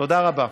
תודה רבה.